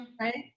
Right